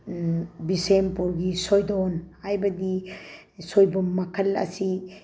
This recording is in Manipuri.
ꯕꯤꯁꯦꯝꯄꯨꯔꯒꯤ ꯁꯣꯏꯗꯣꯟ ꯍꯥꯏꯕꯗꯤ ꯁꯣꯏꯕꯨꯝ ꯃꯈꯜ ꯑꯁꯤ